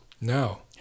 No